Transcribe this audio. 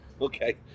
okay